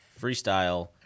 freestyle